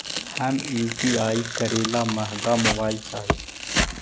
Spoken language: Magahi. हम यु.पी.आई करे ला महंगा मोबाईल चाही?